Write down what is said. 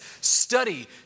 study